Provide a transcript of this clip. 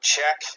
Check